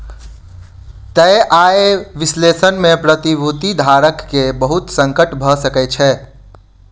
तय आय विश्लेषण में प्रतिभूति धारक के बहुत संकट भ सकै छै